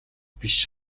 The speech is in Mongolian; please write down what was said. биш